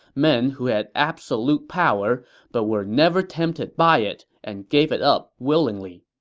men who had absolute power but were never tempted by it and gave it up willingly.